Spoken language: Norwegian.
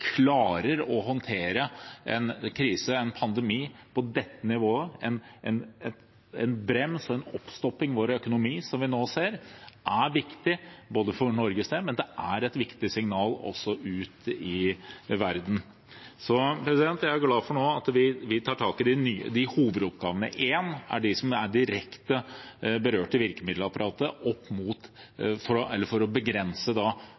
klarer å håndtere en krise, en pandemi, på dette nivået, med en brems og en oppstopping i vår økonomi som vi nå ser, er viktig for Norges del, men det er også et viktig signal ut i verden. Vår hovedoppgave nummer én er å ta vare på dem som er direkte berørt i virkemiddelapparatet for å begrense den pandemien vi står overfor. Vi bør som